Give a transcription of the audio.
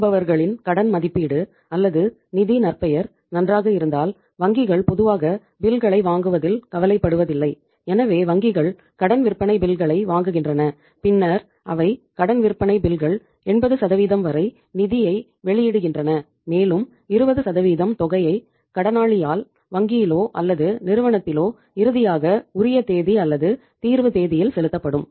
வாங்குபவர்களின் கடன் மதிப்பீடு அல்லது நிதி நற்பெயர் நன்றாக இருந்தால் வங்கிகள் பொதுவாக பில்களை 80 வரை நிதியை வெளியிடுகின்றன மேலும் 20 தொகையை கடனாளியால் வங்கியிலோ அல்லது நிறுவனத்திலோ இறுதியாக உரிய தேதி அல்லது தீர்வு தேதியில் செலுத்தப்படும்